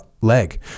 leg